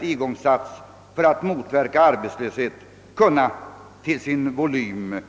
igångsatts särskilt för att motverka arbetslöshet kunna reduceras till sin volym.